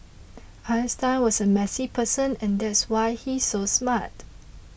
Einstein was a messy person and that's why he's so smart